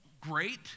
great